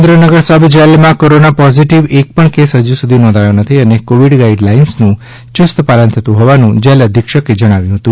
Surendranagar sub જેલમાં corona positive એક પણ કેસ હજુ સુધી નોંધાયો નથી અને કોવિડ ગાઈડલાઇન્સનું યુસ્ત પાલન થતું હોવાનું જેલ અધિક્ષકે જણાવ્યુ છે